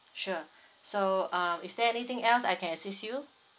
sure so um is there anything else I can assist you